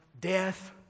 death